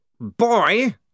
boy